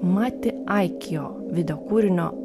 mati aikio videokūrinio